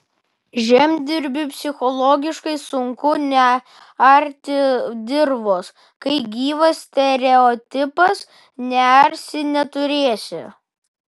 žemdirbiui psichologiškai sunku nearti dirvos kai gyvas stereotipas nearsi neturėsi